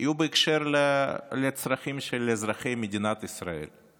יהיו בהקשר לצרכים של אזרחי מדינת ישראל.